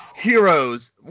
Heroes